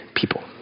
people